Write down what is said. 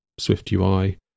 SwiftUI